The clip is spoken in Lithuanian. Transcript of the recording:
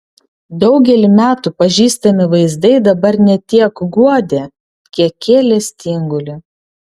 daugelį metų pažįstami vaizdai dabar ne tiek guodė kiek kėlė stingulį